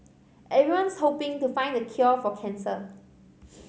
everyone's hoping to find the cure for cancer